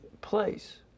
place